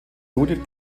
judith